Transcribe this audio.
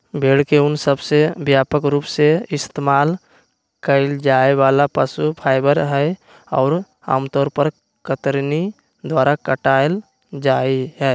भेड़ के ऊन सबसे व्यापक रूप से इस्तेमाल कइल जाये वाला पशु फाइबर हई, और आमतौर पर कतरनी द्वारा काटल जाहई